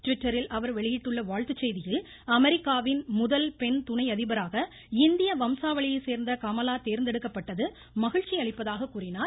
ட்விட்டரில் அவர் வெளியிட்டுள்ள வாழ்த்து செய்தியில் அமெரிக்காவின் முதல் பெண் துணை அதிபராக இந்திய வம்சாவளியைச் சோ்ந்த கமலா தோ்ந்தெடுக்கப்பட்டது மகிழ்ச்சியளிப்பதாக கூறினார்